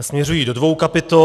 Směřují do dvou kapitol.